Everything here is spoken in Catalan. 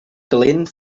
calent